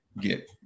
get